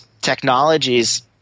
technologies –